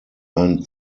ein